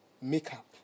makeup